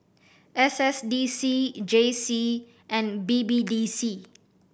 S S D C J C and B B D C